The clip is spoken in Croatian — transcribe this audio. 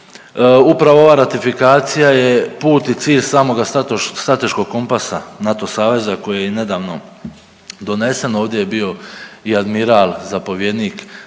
Upravo ova ratifikacija je put i cilj samoga strateškog kompasa NATO saveza koji je i nedavno donesen, ovdje je bio i admiral zapovjednik samoga,